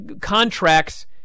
contracts